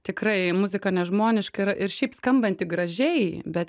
tikrai muzika ne žmonišk ir ir šiaip skambanti gražiai bet